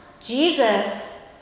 Jesus